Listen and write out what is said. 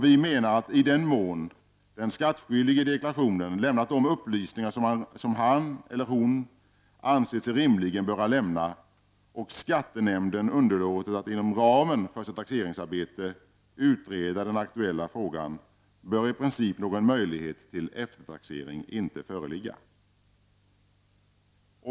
I den mån den skattskyldige i deklarationen lämnat de upplysningar som han eller hon ansett sig rimligen böra lämna och skattenämnden underlåtit att inom ramen för sitt taxeringsarbete utreda den aktuella frågan, bör i princip någon möjlighet till eftertaxering inte föreligga.